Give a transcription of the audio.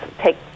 take